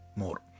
more